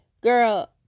Girl